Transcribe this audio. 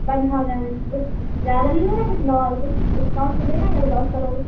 one thousand कुछ ज़्यादा नहीं हो रहा है कुछ लॉ कुछ डिस्काउन्ट मिलेगा या फ़िर लॉस करोगे